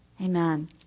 Amen